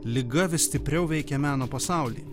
liga vis stipriau veikia meno pasaulį